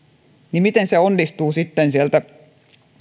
niin miten se onnistuu sieltä